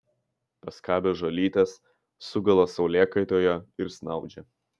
paskabę žolytės sugula saulėkaitoje ir snaudžia